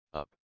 up